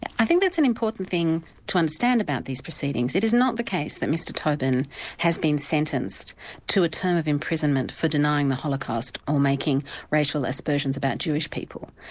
i think that's an important thing to understand about these proceedings. it is not the case that mr toben has been sentenced to a term of imprisonment for denying the holocaust, or making racial aspersions about jewish people.